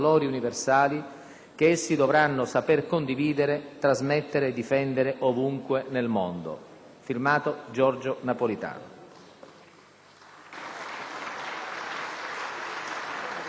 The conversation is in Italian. che essi dovranno saper condividere, trasmettere e difendere ovunque nel mondo. *F.to* Giorgio Napolitano».